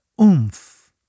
oomph